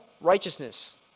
righteousness